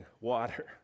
water